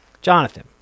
Jonathan